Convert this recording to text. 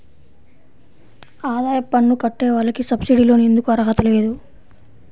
ఆదాయ పన్ను కట్టే వాళ్లకు సబ్సిడీ లోన్ ఎందుకు అర్హత లేదు?